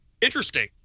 interesting